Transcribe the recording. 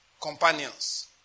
companions